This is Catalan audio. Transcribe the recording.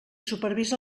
supervisa